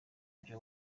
byo